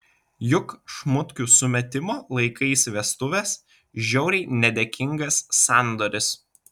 juk šmutkių sumetimo laikais vestuvės žiauriai nedėkingas sandoris